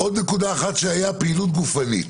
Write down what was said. עוד נקודה אחת שהייתה, פעילות גופנית